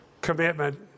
commitment